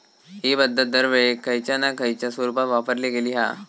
हि पध्दत दरवेळेक खयच्या ना खयच्या स्वरुपात वापरली गेली हा